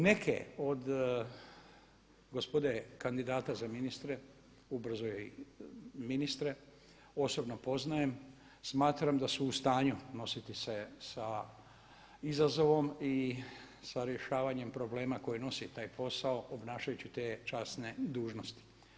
Neke od gospode kandidata za ministre ubrzo i ministre osobno poznajem, smatram da su u stanju nositi se sa izazovom i sa rješavanjem problema koji nosi taj posao obnašajući te časne dužnosti.